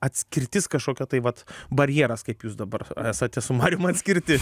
atskirtis kažkokio tai vat barjeras kaip jūs dabar esate su marium atskirti